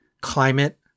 climate